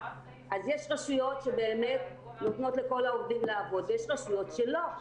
אז יש רשויות שבאמת נותנות לכל העובדים לעבוד ויש רשויות שלא,